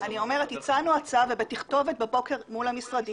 הצענו הצעה ובתכתובת בבוקר מול המשרדים